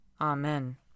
Amen